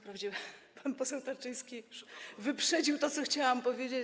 Pan poseł Tarczyński wyprzedził to, co chciałam powiedzieć.